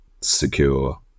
secure